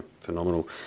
phenomenal